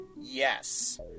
yes